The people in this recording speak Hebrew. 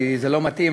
כי זה לא מתאים,